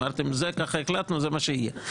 אמרתם שככה החלטתם וזה מה שיהיה.